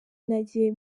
nagiye